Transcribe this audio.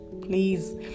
Please